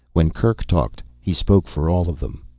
when kerk talked, he spoke for all of them.